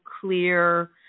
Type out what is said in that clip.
clear